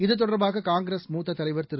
இத்தொடர்பாக காங்கிரஸ் மூத்த தலைவர் திரு